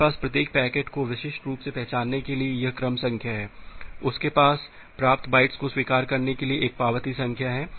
आपके पास प्रत्येक पैकेट को विशिष्ट रूप से पहचानने के लिए यह क्रम संख्या है आपके पास प्राप्त बाइट्स को स्वीकार करने के लिए एक पावती संख्या है